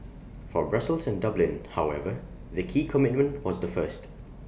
for Brussels and Dublin however the key commitment was the first